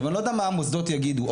אני לא יודע מה המוסדות יגידו פה.